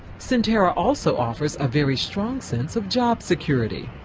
sentara also offers a very strong sense of job security.